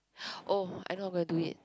oh I'm not gonna do it